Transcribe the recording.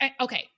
okay